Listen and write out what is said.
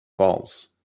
falls